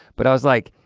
but i was like,